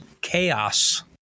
Chaos